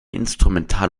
instrumental